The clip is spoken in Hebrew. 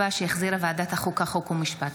2024, שהחזירה ועדת החוקה, חוק ומשפט.